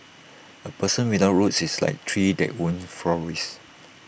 A person without roots is like tree that won't flourish